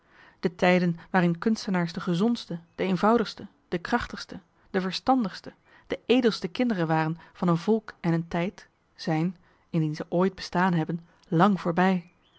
de tijden waarin kunstenaars de gezondste de eenvoudigste de krachtigste de verstandigste de edelste kinderen waren van een volk en een tijd zijn indien ze ooit bestaan hebben lang voorbij